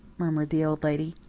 murmured the old lady.